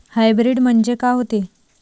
Hybrid म्हनजे का होते?